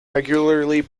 regularly